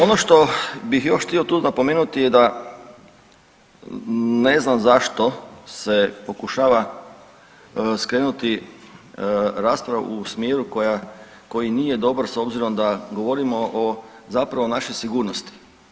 Ono što bih još htio tu napomenuti da ne znam zašto se pokušava skrenuti rasprava u smjeru koji nije dobro s obzirom da govorimo o zapravo našoj sigurnosti.